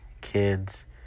kids